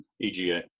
EGA